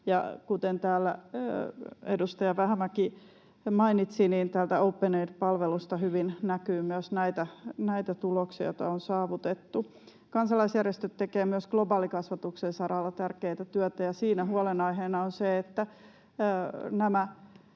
kuten täällä edustaja Vähämäki mainitsi, täältä OpenAid-palvelusta hyvin näkyy myös näitä tuloksia, joita on saavutettu. Kansalaisjärjestöt tekevät myös globaalikasvatuksen saralla tärkeää työtä, ja siinä huolenaiheena on se, että näiden